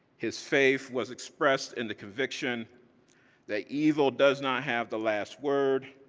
his faith was expressed in the conviction that evil does not have the last word,